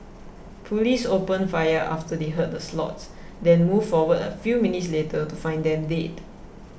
police opened fire after they heard the slots then moved forward a few minutes later to find them dead